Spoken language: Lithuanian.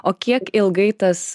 o kiek ilgai tas